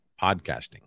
podcasting